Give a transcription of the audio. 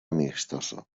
amistoso